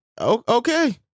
Okay